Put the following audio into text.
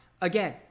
again